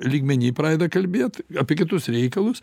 lygmeny pradeda kalbėti apie kitus reikalus